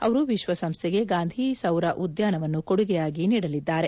ಅವರು ವಿಶ್ವ ಸಂಸ್ಥೆಗೆ ಗಾಂಧೀ ಸೌರ ಉದ್ಯಾನವನ್ನು ಕೊಡುಗೆಯಾಗಿ ನೀಡಲಿದ್ದಾರೆ